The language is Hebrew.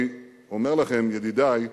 אני אומר לכם, ידידי,